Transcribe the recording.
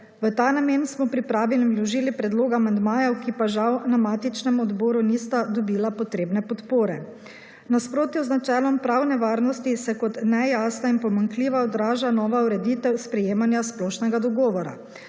V ta namen smo pripravili in vložili predloge amandmajem, ki pa žal na matičnem odboru nista dobila potrebne podpore. V nasprotju z načelom pravne varnosti se kot nejasna in pomanjkljivo odraža nova ureditev sprejemanja splošnega dogovora.